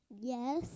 Yes